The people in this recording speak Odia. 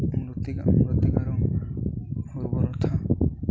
ମୂର୍ତ୍ତିକା ମୂର୍ତ୍ତିକା ଉର୍ବରତା